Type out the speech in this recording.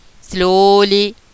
Slowly